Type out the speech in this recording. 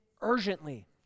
urgently